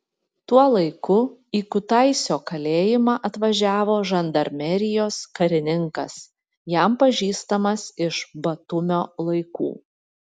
tuo laiku į kutaisio kalėjimą atvažiavo žandarmerijos karininkas jam pažįstamas iš batumio laikų